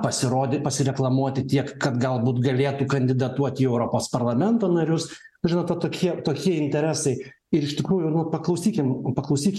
pasirodyt pasireklamuoti tiek kad galbūt galėtų kandidatuoti į europos parlamento narius žinot va tokie tokie interesai ir iš tikrųjų nu paklausykim paklausykim